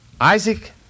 Isaac